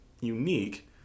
unique